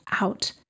out